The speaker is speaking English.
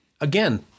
Again